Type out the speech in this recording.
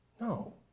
No